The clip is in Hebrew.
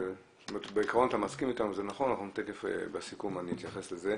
בעיקרון אתה מסכים אתנו, תיכף אני אתייחס לזה.